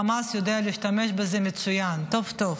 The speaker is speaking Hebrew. החמאס יודע להשתמש בזה מצוין, טוב-טוב.